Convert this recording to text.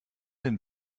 den